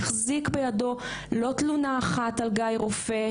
החזיק בידו לא תלונה אחת על גיא רופא,